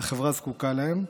והחברה זקוקה להם.